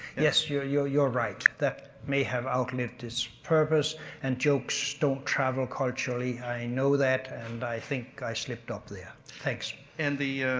yes, you're you're right, that may have outlived its purpose and jokes don't travel culturally. i know that, and i think i slipped up there, thanks. and the,